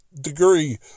degree